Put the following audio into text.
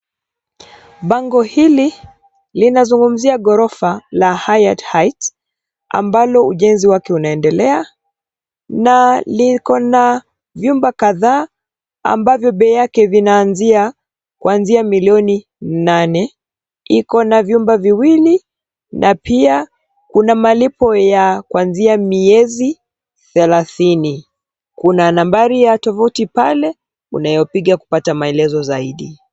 Bango hili linazungumzia ghorofa la Hayat Heights , amabalo ujenzi wake unaendelea na liko na nyumba kadhaa ambavyo bei yake vinaanzia kuanzia milioni nane. Iko na vyumba viwili na pia kuna malipo ya kuanzia miezi thelathini. Kuna nambari ya tovuti pale unayopiga kupata maelezo zaidi.